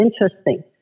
interesting